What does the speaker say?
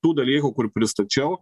tų dalykų kur pristačiau